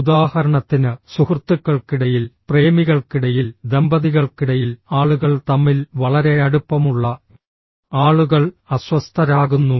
ഉദാഹരണത്തിന് സുഹൃത്തുക്കൾക്കിടയിൽ പ്രേമികൾക്കിടയിൽ ദമ്പതികൾക്കിടയിൽ ആളുകൾ തമ്മിൽ വളരെ അടുപ്പമുള്ള ആളുകൾ അസ്വസ്ഥരാകുന്നു